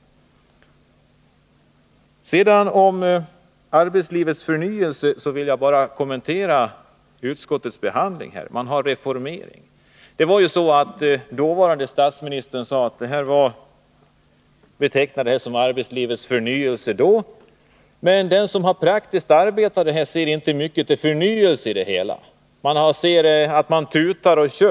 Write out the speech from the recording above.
Vad sedan gäller arbetslivets förnyelse vill jag kommentera utskottets behandling av MBL-frågorna. Man hänvisar till att man har reformerat. Det var ju så att dåvarande statsministern betecknade den här lagstiftningen som arbetslivets förnyelse, men den som praktiskt har arbetat med detta ser inte mycket av förnyelse i det hela. Det vi ser är att man tutar och kör.